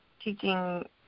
teaching